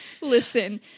Listen